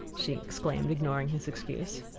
she exclaimed, ignoring his excuse.